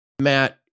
Matt